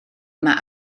mae